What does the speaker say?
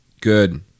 Good